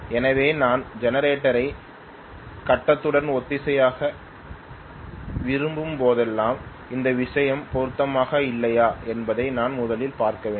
எனவே நான் ஜெனரேட்டரை கட்டத்துடன் ஒத்திசைக்க விரும்பும் போதெல்லாம் இந்த விஷயம் பொருந்துமா இல்லையா என்பதை நான் முதலில் பார்க்க வேண்டும்